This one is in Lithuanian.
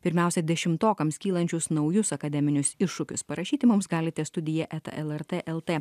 pirmiausia dešimtokams kylančius naujus akademinius iššūkius parašyti mums galite studija eta lrt lt